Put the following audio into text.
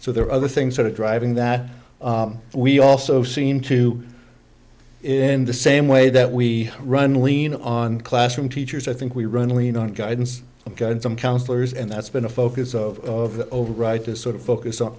so there are other things that are driving that we also seem to in the same way that we run lean on classroom teachers i think we run lean on guidance counsellors and that's been a focus of override to sort of focus on